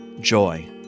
joy